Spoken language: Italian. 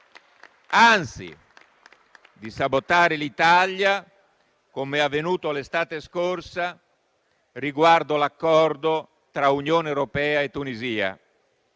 di sabotare l'Italia, come è avvenuto l'estate scorsa riguardo all'Accordo tra Unione europea e Tunisia.